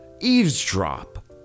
Eavesdrop